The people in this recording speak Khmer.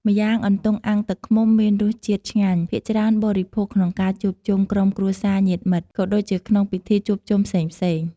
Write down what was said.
ម្យ៉ាងអន្ទង់អាំងទឹកឃ្មុំ មានរសជាតិឆ្ងាញ់ ភាគច្រើនបរិភោគក្នុងការជួបជុំក្រុមគ្រួសារញាតិមិត្ត ក៏ដូចជាក្នងពិធីជួបជុំផ្សេងៗ។